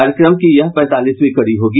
कार्यक्रम की यह पैंतालीसवीं कड़ी होगी